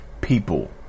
people